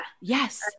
Yes